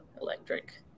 electric